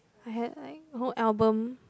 I had like whole album